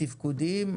תפקודיים,